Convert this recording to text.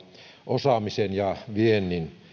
osaamisen ja viennin